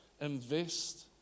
invest